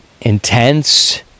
intense